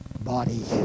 body